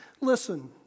Listen